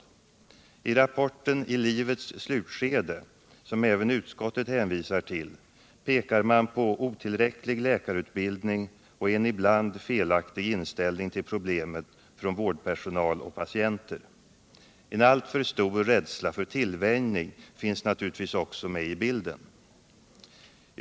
I rapporten Vårdpersonal — utbildning och attityder, som även utskottet hänvisar till, pekar man på otillräcklig läkarutbildning och en ibland felaktig inställning till problemet från vårdpersonal och patienter. En alltför stor rädsla för tillvänjning finns naturligtvis också med i bilden.